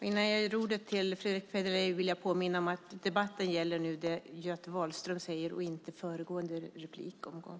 Innan jag ger ordet till Fredrick Federley vill jag påminna om att debatten gäller det Göte Wahlström säger och inte föregående replikomgång.